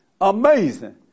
Amazing